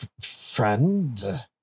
friend